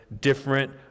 different